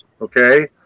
Okay